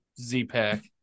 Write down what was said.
Z-Pack